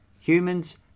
Humans